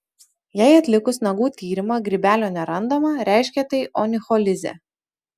jei atlikus nagų tyrimą grybelio nerandama reiškia tai onicholizė